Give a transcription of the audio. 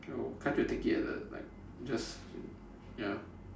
oh can't you take it at a like just ya